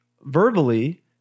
verbally